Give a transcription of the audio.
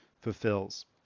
fulfills